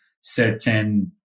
certain